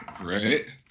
Right